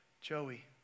Joey